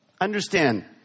Understand